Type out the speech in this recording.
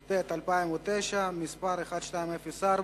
התשס"ט 2009, מס' 1204